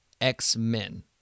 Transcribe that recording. X-Men